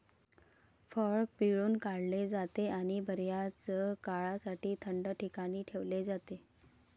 फळ पिळून काढले जाते आणि बर्याच काळासाठी थंड ठिकाणी ठेवले जाते